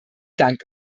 dank